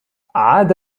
عاد